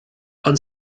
ond